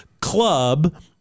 club